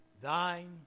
thine